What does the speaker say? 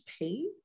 paid